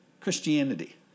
Christianity